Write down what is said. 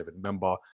member